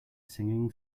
singing